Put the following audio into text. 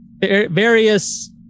various